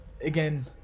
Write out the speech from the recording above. again